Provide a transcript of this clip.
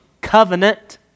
covenant